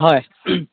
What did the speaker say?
হয়